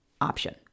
option